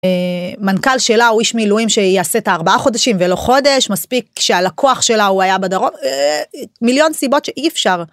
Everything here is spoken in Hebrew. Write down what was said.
מנכ״ל שלה הוא איש מילואים שיעשה את 4 חודשים ולא חודש מספיק שהלקוח שלה הוא היה בדרום מיליון סיבות שאי אפשר.